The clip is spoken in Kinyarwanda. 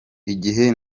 igihe